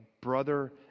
brother